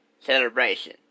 celebration